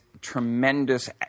tremendous